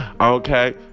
Okay